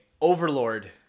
Overlord